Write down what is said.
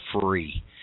free